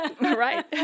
Right